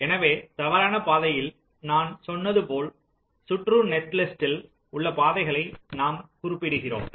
எனவே தவறான பாதையில் நான் சொன்னது போல் சுற்று நெட்லிஸ்ட்டில் உள்ள பாதைகளை நாம் குறிப்பிடுகிறோம்